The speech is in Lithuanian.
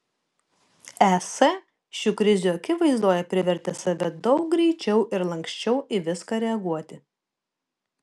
es šių krizių akivaizdoje privertė save daug greičiau ir lanksčiau į viską reaguoti